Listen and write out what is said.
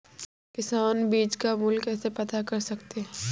किसान बीज का मूल्य कैसे पता कर सकते हैं?